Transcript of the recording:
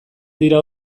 dira